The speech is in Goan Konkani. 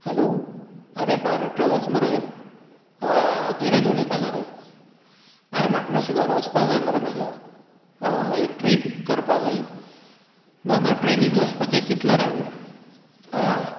हॅलो आरे भारत ट्रेवल्स मरे हय हय हांव धिरेन उलयतालो रे आरे म्हाका मात्शें घरा वचपा जाय मरे म्हज्या हय एक ट्रीप करपा जाय ना ना ट्रेनीन वचपाचें चितलें रे हांवें हय